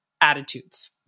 attitudes